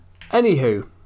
Anywho